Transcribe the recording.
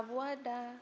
आब'वा दा